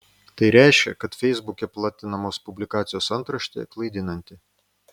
tai reiškia kad feisbuke platinamos publikacijos antraštė klaidinanti